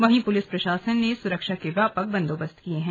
वहीं पुलिस प्रशासन ने सुरक्षा के व्यापक बन्दोबस्त किए हैं